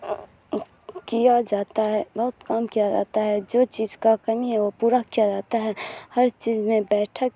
کیا جاتا ہے بہت کام کیا جاتا ہے جو چیز کا کمی ہے وہ پورا کیا جاتا ہے ہر چیز میں بیٹھک